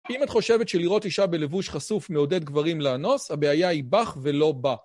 אם את חושבת שלראות אישה בלבוש חשוף מעודד גברים לאנוס, הבעיה היא בך ולא בה.